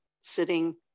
sitting